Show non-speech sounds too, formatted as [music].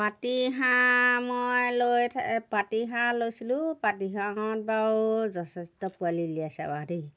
পাতিহাঁহ মই লৈ [unintelligible] পাতিহাঁহ লৈছিলোঁ পাতিহাঁহত বাৰু যথেষ্ট পোৱালি উলিয়াইছে বাৰু দেই